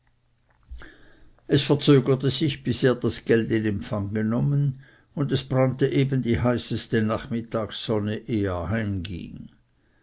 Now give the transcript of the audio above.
es verzögerte sich bis er das geld in empfang genommen und es brannte eben die heißeste nachmittagssonne als er